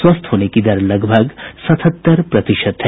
स्वस्थ होने की दर लगभग सतहत्तर प्रतिशत है